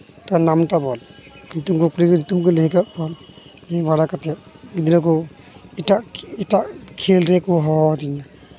ᱛᱳᱨ ᱱᱟᱢᱴᱟ ᱵᱚᱞ ᱧᱩᱛᱩᱢ ᱠᱚ ᱠᱩᱞᱤ ᱠᱤᱫᱤᱧᱟ ᱧᱩᱛᱩᱢ ᱠᱚ ᱞᱟᱹᱭ ᱟᱠᱚ ᱤᱭᱟᱹ ᱵᱟᱲᱟ ᱠᱟᱛᱮ ᱜᱤᱫᱽᱨᱟᱹ ᱠᱚ ᱮᱴᱟᱜ ᱮᱴᱟᱜ ᱠᱷᱮᱞ ᱨᱮᱠᱚ ᱦᱚᱦᱚ ᱟᱹᱫᱤᱧᱟ